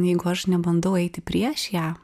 jeigu aš nebandau eiti prieš ją